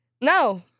No